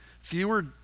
Fewer